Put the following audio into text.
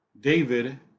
David